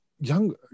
Young